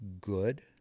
good